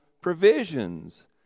provisions